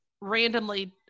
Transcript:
randomly